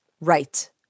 Right